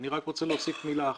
אני רוצה להוסיף מילה אחת.